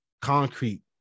concrete